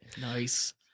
Nice